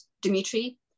Dimitri